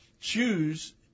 choose